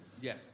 Yes